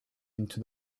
into